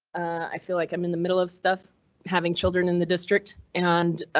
i feel like i'm in the middle of stuff having children in the district, and